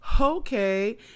okay